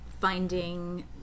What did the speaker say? finding